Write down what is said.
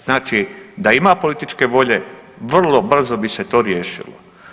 Znači da ima političke volje vrlo brzo bi se to riješilo.